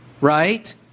right